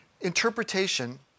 interpretation